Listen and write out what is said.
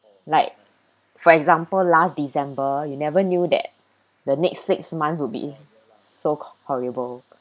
like for example last december you never knew that the next six months will be so co~ horrible